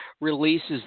releases